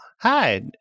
Hi